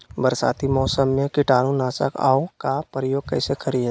बरसाती मौसम में कीटाणु नाशक ओं का प्रयोग कैसे करिये?